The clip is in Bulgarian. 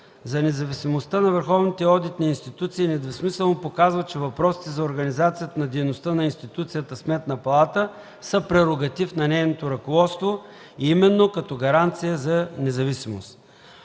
одитни институции недвусмислено показва, че въпросите за организацията на дейността на институцията Сметна палата са прерогатив на нейното ръководство, именно като гаранцията за независимост.